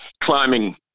climbing